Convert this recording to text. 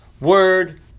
word